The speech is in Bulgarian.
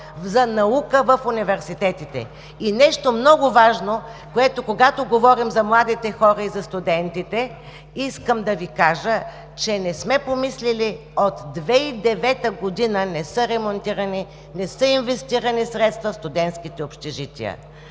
за наука в университетите. И нещо много важно, когато говорим за младите хора и за студентите, искам да Ви кажа, че не сме помисляли, от 2009-та година не са ремонтирани, не са инвестирали средства в студентските общежития.